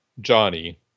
Johnny